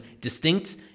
distinct